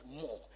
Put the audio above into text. more